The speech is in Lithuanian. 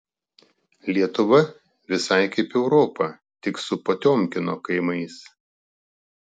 lietuva visai kaip europa tik su potiomkino kaimais